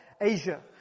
Asia